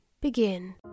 begin